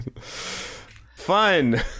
Fun